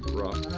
rock,